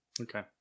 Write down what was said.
Okay